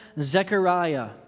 Zechariah